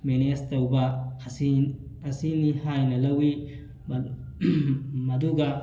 manage ꯇꯧꯕ ꯑꯁꯤ ꯑꯁꯤꯅꯤ ꯍꯥꯏꯅ ꯂꯧꯋꯤ ꯃꯗꯨꯒ